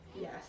Yes